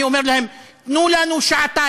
אני אומר להם: תנו לנו שעתיים,